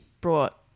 brought